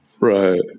Right